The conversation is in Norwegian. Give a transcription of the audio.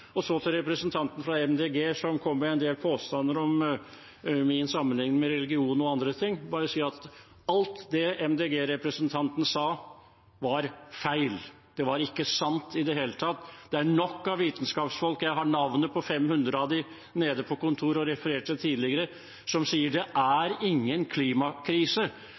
Så til representanten fra Miljøpartiet De Grønne, som kom med en del påstander om min sammenligning med religion og andre ting. Jeg vil bare si at alt det representanten fra Miljøpartiet De Grønne sa, var feil. Det var ikke sant i det hele tatt. Det er nok av vitenskapsfolk – jeg har navnet på 500 av dem nede på kontoret og har referert til det tidligere – som sier: Det er